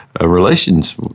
relations